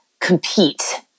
compete